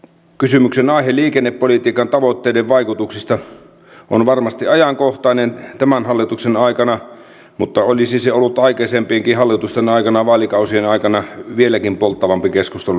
kysymyksen aihe liikennepolitiikan tavoitteiden vaikutuksista on varmasti ajankohtainen tämän hallituksen aikana mutta olisi se ollut aikaisempienkin hallitusten aikana ja vaalikausien aikana vieläkin polttavampi keskustelunaihe